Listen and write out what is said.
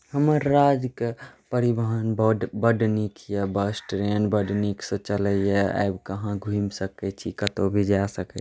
हमर राज्यक परिवहन बोर्ड बड नीक बस ट्रेन बड नीकसँ चलैए कहुँ घुमि सकै छी कतहुँ भी जा सकै छी